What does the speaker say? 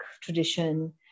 tradition